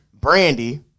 brandy